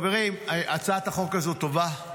חברים, הצעת החוק הזאת טובה,